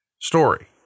story